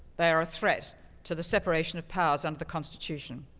they are a threat to the separation of powers under the constitution.